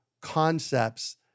concepts